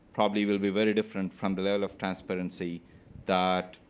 probably will be very different from the level of transparency that,